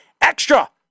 extra